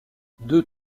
deux